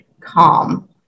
calm